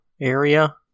area